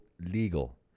legal